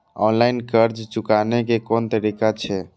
Online कर्ज चुकाने के कोन तरीका छै?